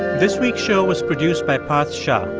this week's show was produced by parth shah.